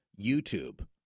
YouTube